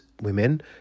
women